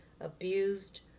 abused